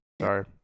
Sorry